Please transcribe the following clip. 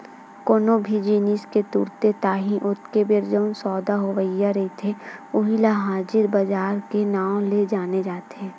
कोनो भी जिनिस के तुरते ताही ओतके बेर जउन सौदा होवइया रहिथे उही ल हाजिर बजार के नांव ले जाने जाथे